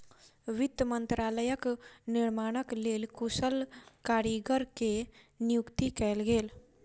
वित्त मंत्रालयक निर्माणक लेल कुशल कारीगर के नियुक्ति कयल गेल